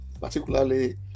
particularly